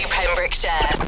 Pembrokeshire